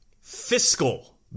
fiscal